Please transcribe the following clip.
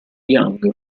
young